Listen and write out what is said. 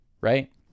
right